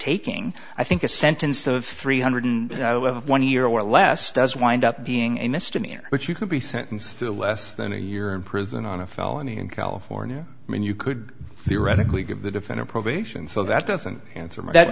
taking i think a sentence of three hundred in one year or less does wind up being a misdemeanor but you could be sentenced to less than a year in prison on a felony in california i mean you could theoretically give the defendant probation so that doesn't